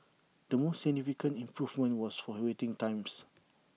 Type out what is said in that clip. the most significant improvement was for waiting times